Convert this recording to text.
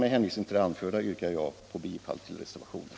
Med hänvisning till det anförda yrkar jag bifall till reservationen.